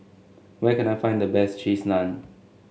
where can I find the best Cheese Naan